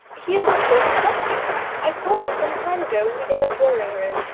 he is with lady stutfield i saw them some time ago, in the yellow drawing-room.